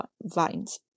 vines